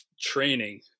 training